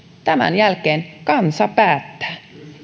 tämän jälkeen kansa päättää